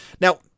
Now